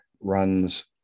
runs